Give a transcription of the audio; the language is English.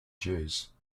jews